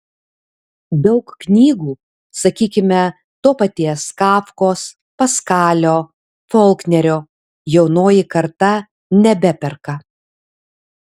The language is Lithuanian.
daug knygų sakykime to paties kafkos paskalio folknerio jaunoji karta nebeperka